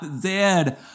Zed